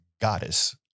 goddess